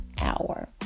hour